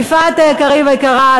יפעת קריב היקרה,